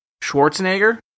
Schwarzenegger